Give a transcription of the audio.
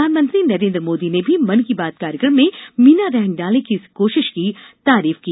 प्रधानमंत्री नरेन्द्र मोदी ने भी मन की बात कार्यक्रम में मीना रहंगडाले की इस कोशिश की तारीफ की